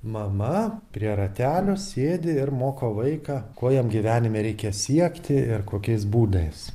mama prie ratelių sėdi ir moko vaiką ko jam gyvenime reikia siekti ir kokiais būdais